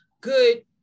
good